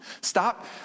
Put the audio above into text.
Stop